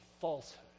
falsehood